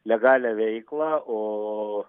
legalią veiklą o